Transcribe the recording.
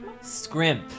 Scrimp